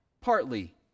partly